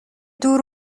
دور